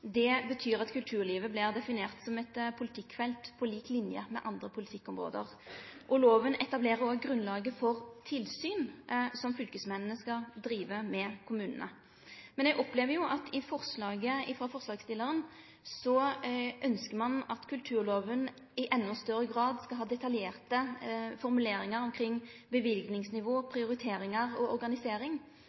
Det betyr at kulturlivet vert definert som eit politikkfelt på lik linje med andre politikkområde. Loven etablerer òg grunnlaget for tilsyn, som fylkesmennene skal ha saman med kommunene. Men eg opplever at i forslaget frå forslagsstillarane ønskjer ein at kulturloven i endå større grad skal ha detaljerte formuleringar om løyvingsnivå, prioriteringar og organisering.